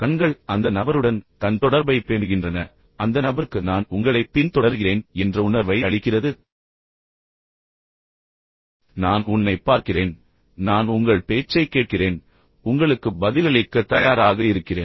கண்கள் அந்த நபருடன் கண் தொடர்பைப் பராமரிக்கின்றன நான் உங்களைப் பின்தொடர்கிறேன் என்ற உணர்வு நான் உங்களைப் பார்க்கிறேன் நான் கேட்கிறேன் நீங்களும் நானும் உங்களுக்கு பதிலளிக்க தயாராக இருக்கிறோம்